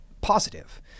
positive